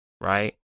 right